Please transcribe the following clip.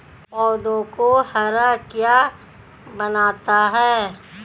पौधों को हरा क्या बनाता है?